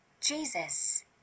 Jesus